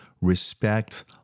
respect